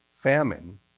famine